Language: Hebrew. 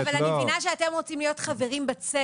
אני מבינה שאתם רוצים להיות חברים בצוות.